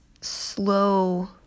slow